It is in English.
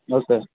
okay